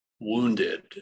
wounded